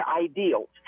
ideals